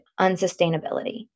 unsustainability